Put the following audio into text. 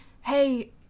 hey